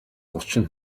гучин